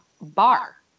Bar